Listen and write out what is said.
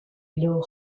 blow